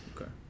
Okay